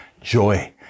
joy